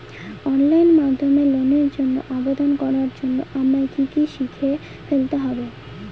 Online মাধ্যমে লোনের জন্য আবেদন করার জন্য আমায় কি কি শিখে ফেলতে হবে?